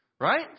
Right